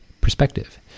perspective